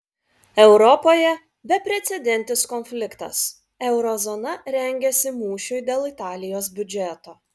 europoje beprecedentis konfliktas euro zona rengiasi mūšiui dėl italijos biudžeto